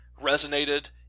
resonated